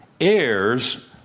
heirs